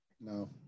No